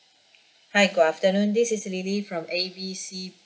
hi got afternoon this is lily from A B C